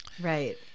Right